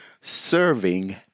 serving